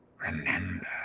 Remember